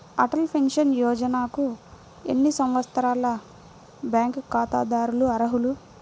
Atal pension యోజనకు ఎన్ని సంవత్సరాల బ్యాంక్ ఖాతాదారులు అర్హులు?